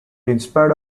inspired